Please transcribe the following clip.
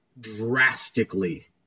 drastically